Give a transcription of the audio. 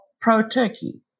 pro-Turkey